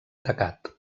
tacat